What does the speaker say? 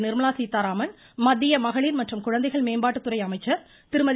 நிர்மலா சீத்தாராமன் மத்திய மகளிர் மற்றும் குழந்தைகள் மேம்பாட்டு துறை அமைச்சர் திருமதி